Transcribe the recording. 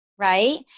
right